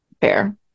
fair